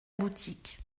boutique